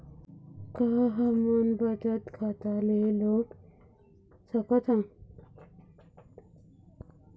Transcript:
का हमन बचत खाता ले लोन सकथन?